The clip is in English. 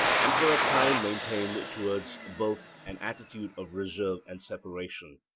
and for a time maintained towards both an attitude of reserve and separation.